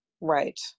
Right